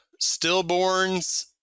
stillborns